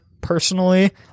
personally